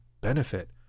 benefit